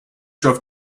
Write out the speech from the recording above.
drove